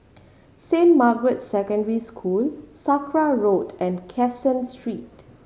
Saint Margaret's Secondary School Sakra Road and Caseen Street